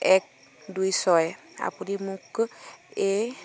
এক দুই ছয় আপুনি মোক এই